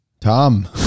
Tom